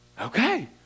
okay